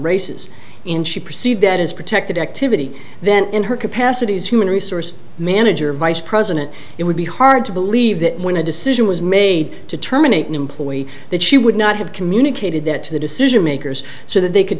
races in she perceived that as protected activity then in her capacity as human resource manager vice president it would be hard to believe that when a decision was made to terminate an employee that she would not have communicated that to the decision makers so that they could